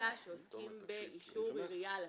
שעוסקים באישור עירייה לטאבו.